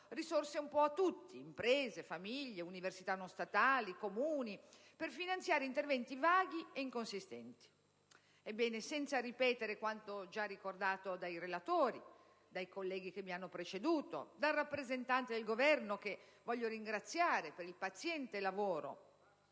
risorse un po' a tutti (imprese, famiglie, università non statali e Comuni) per finanziare interventi vaghi e inconsistenti. Ebbene, senza ripetere quanto già ricordato dai relatori, dai colleghi che mi hanno preceduto e dal rappresentante del Governo, che voglio ringraziare per il paziente lavoro